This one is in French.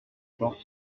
forces